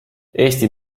eesti